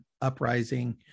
uprising